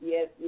Yes